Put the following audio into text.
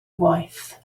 waith